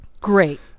great